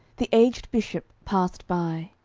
the aged bishop passed by.